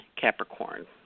Capricorn